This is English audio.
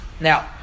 Now